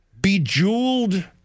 bejeweled